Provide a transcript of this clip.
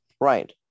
Right